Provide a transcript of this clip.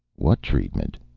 what treatment?